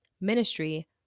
ministry